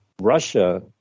Russia